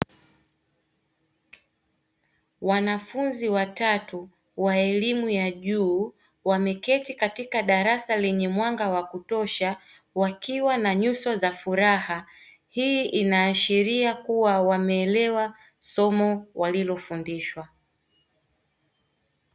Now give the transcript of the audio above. Wanafunzi watatu wa elimu ya juu wameketi katika darasa lenye mwanga wa kutosha, wakiwa na nyuso za furaha hii inaashiria kuwa wameelewa somo walilofundishwa.